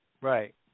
Right